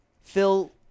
Phil